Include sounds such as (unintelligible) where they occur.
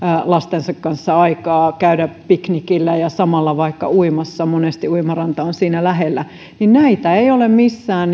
lastensa kanssa aikaa käydä piknikillä ja samalla vaikka uimassa monesti uimaranta on siinä lähellä näitä ei ole missään (unintelligible)